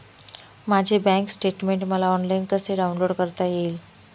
माझे bank statement मला online कसे डाउनलोड करता येईल?